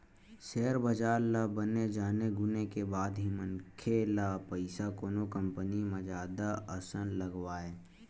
share बजार ल बने जाने गुने के बाद ही मनखे ल पइसा कोनो कंपनी म जादा असन लगवाय